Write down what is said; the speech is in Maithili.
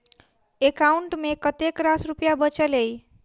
एकाउंट मे कतेक रास रुपया बचल एई